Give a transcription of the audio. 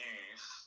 use